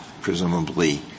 presumably